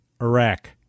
Iraq